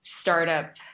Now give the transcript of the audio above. startup